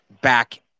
back